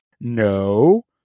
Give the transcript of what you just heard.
no